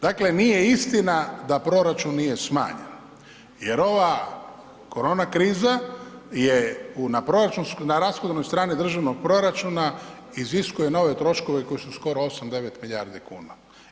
Dakle, nije istina da proračun nije smanjen jer ova korona kriza je na rashodovnoj strani državnog proračuna iziskuje nove troškove koji su skoro 8-9 milijardi kuna.